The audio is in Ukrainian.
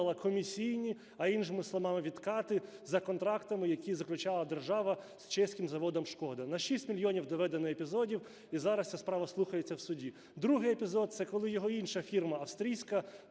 комісійні, а іншими словами – відкати за контрактами, які заключала держава з чеським заводом "Шкода". На 6 мільйонів доведено епізодів, і зараз ця справа слухається в суді. Другий епізод - це коли його інша фірма, австрійська,